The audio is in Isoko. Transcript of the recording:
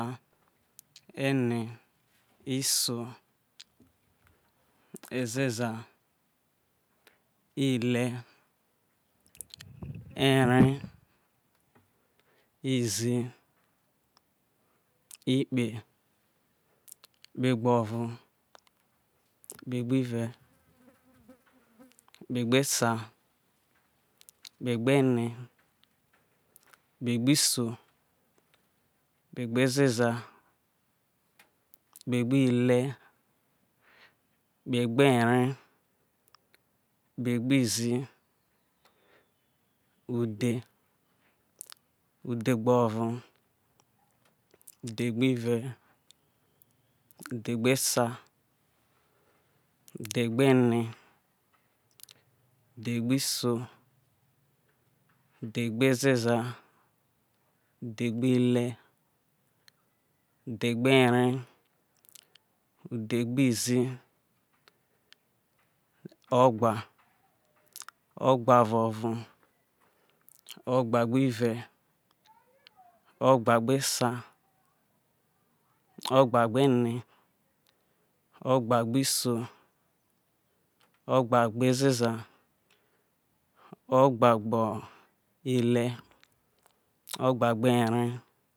O ene iso ezeza ile ere izi ikpe kpegbire kpegbe sai kpegbe ne kpegbi iso kpegbe zeza kpegbi le kpe gbo ere kpegboizi udhe udhegboro udhegbo ove udhegbo esa udhegbo ene udhegbo iso udhegbo ezeza udhe gbo ile udhegbo ere udhegbo izi ogba ogbo gboro ogba gbewe ogbe gbo esa ogba gboene ogbe gbo iso obagbo ezeza ogbagbo ile ogbagbo ere.